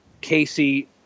Casey